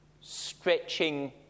stretching